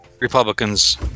Republicans